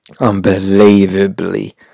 unbelievably